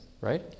right